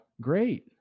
great